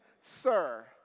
Sir